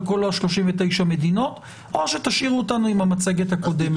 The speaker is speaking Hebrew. כל 39 המדינות או תשאירו אותנו עם המצגת הקודמת.